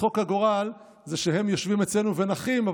צחוק הגורל שהם יושבים אצלנו ונחים,